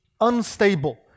unstable